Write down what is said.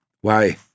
Why